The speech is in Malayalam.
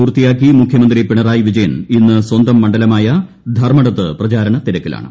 പൂർത്തിയാക്കി മുഖ്യമന്ത്രി പിണറായി വിജയൻ ഇന്ന് സ്വന്തം മണ്ഡലമായ ധർമ്മടത്ത് പ്രചാരണ തിരക്കിലാണ്